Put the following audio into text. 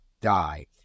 die